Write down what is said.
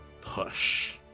push